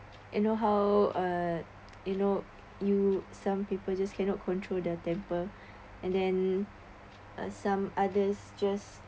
you know how uh you know you some people just cannot control their temper and then uh some others just